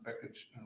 package